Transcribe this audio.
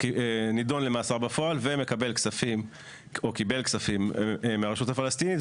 נידון למאסר בפועל ומקבל כספים או קיבל כספים מהרשות הפלסטינית,